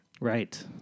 Right